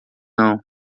não